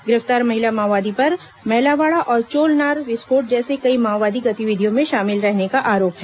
गिरफ्तार महिला माओवादी पर मैलावाड़ा और चोलनार विस्फोट जैसे कई माओवादी गतिविधियों में शामिल रहने का आरोप है